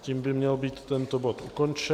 Tím by měl být tento bod ukončen.